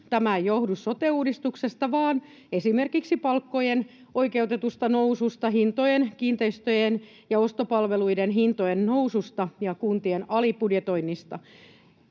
tämä ei johdu sote-uudistuksesta vaan esimerkiksi palkkojen oikeutetusta noususta, kiinteistöjen ja ostopalveluiden hintojen noususta ja kuntien alibudjetoinnista.